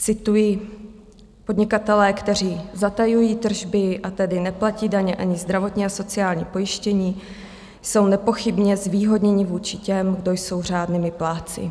Cituji: Podnikatelé, kteří zatajují tržby, a tedy neplatí daně ani zdravotní a sociální pojištění, jsou nepochybně zvýhodněni vůči těm, kdo jsou řádnými plátci.